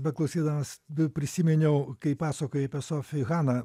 beklausydamas prisiminiau kaip pasakojai apie sofi haną